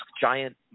giant